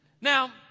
Now